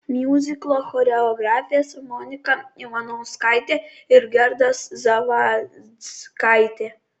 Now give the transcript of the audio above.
miuziklo choreografės monika ivanauskaitė ir gerda zavadzkaitė